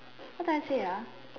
what did I say ah